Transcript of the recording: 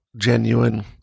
genuine